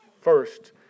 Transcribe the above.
first